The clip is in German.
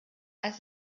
als